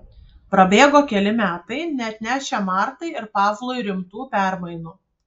prabėgo keli metai neatnešę martai ir pavlui rimtų permainų